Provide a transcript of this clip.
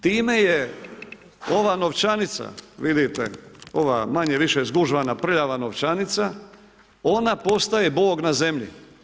Time je ova novčanica, vidite, ova manje-više zgužvana, prljava novčanica ona postaje Bog na zemlji.